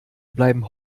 bleiben